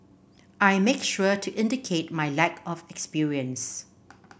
I make sure to indicate my lack of experience